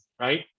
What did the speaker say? right